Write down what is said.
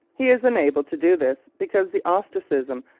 he is enabled to do this because the ostracism,